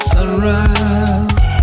Sunrise